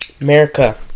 America